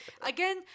again